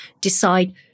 decide